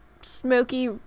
smoky